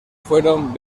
fueron